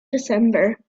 december